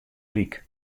ryk